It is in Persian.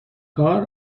کار